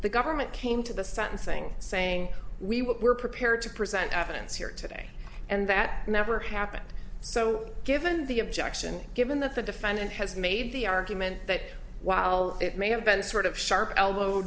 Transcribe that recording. the government came to the sentencing saying we were prepared to present evidence here today and that never happened so given the objection given that the defendant has made the argument that while it may have been sort of sharp elbow